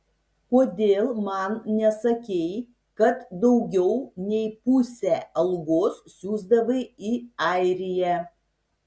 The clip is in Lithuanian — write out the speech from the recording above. kodėl man nesakei kad daugiau nei pusę algos siųsdavai į airiją